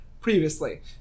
previously